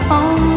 on